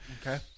Okay